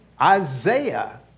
Isaiah